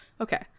Okay